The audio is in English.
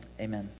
amen